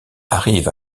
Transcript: arrivent